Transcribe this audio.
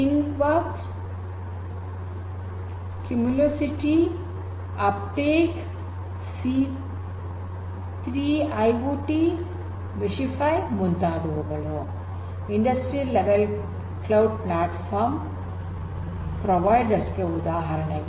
ತಿನ್ಗ್ works Cumulocity up take ಸಿ೩ IoT ಮೆಶಿಫಿ ಮುಂತಾದವುಗಳು industrial level cloud platform providers ಗೆ ಉದಾಹರಣೆಗಳು